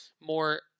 more